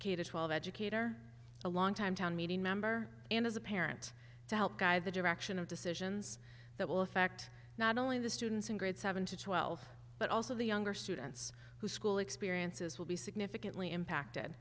k to twelve educator a longtime town meeting member and as a parent to help guide the direction of decisions that will affect not only the students in grades seven to twelve but also the younger students whose school experiences will be significantly impacted